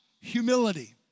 humility